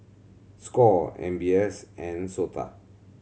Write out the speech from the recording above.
score M B S and SOTA